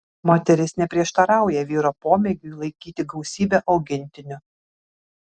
moteris neprieštarauja vyro pomėgiui laikyti gausybę augintinių